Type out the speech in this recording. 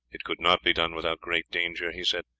it could not be done without great danger, he said.